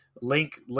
Link